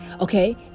okay